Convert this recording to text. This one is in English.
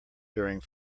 during